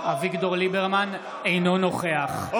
אינו נוכח נגד.